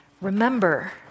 Remember